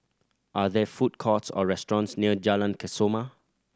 are there food courts or restaurants near Jalan Kesoma